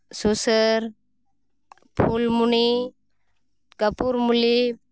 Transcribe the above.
ᱥᱩᱥᱟᱹᱨ ᱯᱷᱩᱞᱢᱚᱱᱤ ᱠᱟᱹᱯᱩᱨᱢᱚᱞᱤ